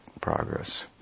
progress